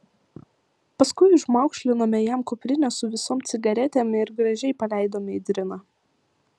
paskui užmaukšlinome jam kuprinę su visom cigaretėm ir gražiai paleidome į driną